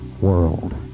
world